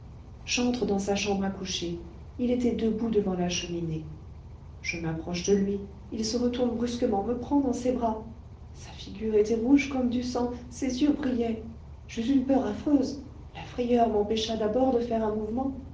j'entre dans sa chambre à coucher il était debout devant la cheminée je m'approche de lui il se retourne brusquement me prend dans ses bras sa figure était rouge comme du sang ses yeux brillaient j'eus une peur affreuse la frayeur m'empêcha d'abord de faire un mouvement